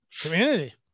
Community